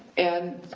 and